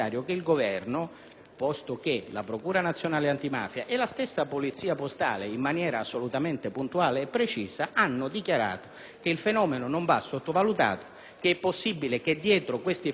Inoltre, la Procura nazionale antimafia e la stessa Polizia postale in maniera assolutamente puntuale e precisa hanno dichiarato che il fenomeno non va sottovalutato, che è possibile che dietro questi *fan club* vi siano